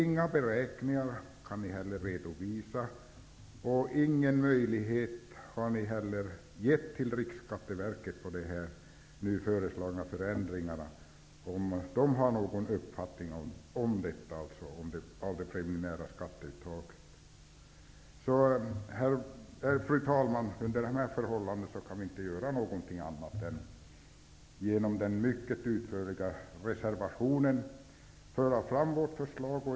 Ni kan inte redovisa några beräkningar, och ni har heller inte gett Riksskatteverket möjlighet att säga om det har någon uppfattning om de nu föreslagna förändringarna av det preliminära skatteuttaget. Fru talman! Under dessa förhållanden kan vi inte göra någonting annat än att genom den mycket utförliga reservationen föra fram vårt förslag.